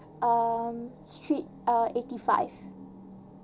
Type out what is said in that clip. um street uh eighty five